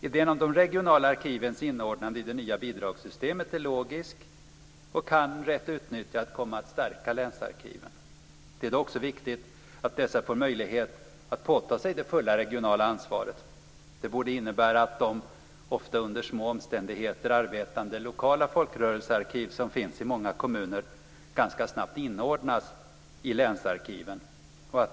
Idén om de regionala arkivens inordnande i det nya bidragssystemet är logisk och kan, rätt utnyttjad, komma att stärka länsarkiven. Det är då också viktigt att dessa får möjlighet att påta sig det fulla regionala ansvaret. Det borde innebära att de, ofta under små omständigheter arbetande, lokala folkrörelsearkiv som finns i många kommuner ganska snabbt inordnas i länsarkiven.